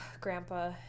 grandpa